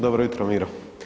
Dobro jutro Miro.